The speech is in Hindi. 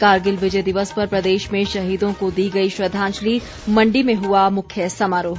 कारगिल विजय दिवस पर प्रदेश में शहीदों को दी गई श्रद्वांजलि मंडी में हुआ मुख्य समारोह